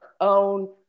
own